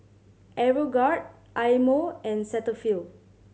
Aeroguard Eye Mo and Cetaphil